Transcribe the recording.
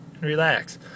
relax